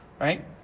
right